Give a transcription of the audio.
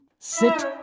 Sit